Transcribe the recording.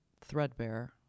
threadbare